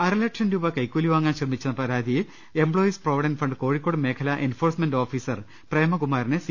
അരലക്ഷം രൂപ കൈക്കുലി വാങ്ങാൻ ശ്രമിച്ചെന്ന പരാതിയിൽ employees provident fund Kozhikode മേഖല എൻഫോഴ് സ്മെന്റ് ഓഫീസർ പ്രേമകുമാരനെ സി